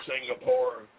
Singapore